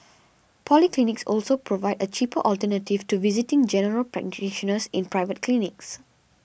polyclinics also provide a cheap alternative to visiting General Practitioners in private clinics